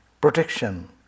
protection